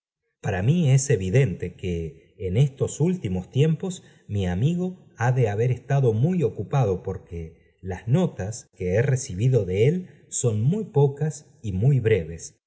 para mí es evidente que en estos últimos tiempos mi amigo ha de haber estado muy ocu pado porque las notas que he recibido de él son f muy pocas y muy breves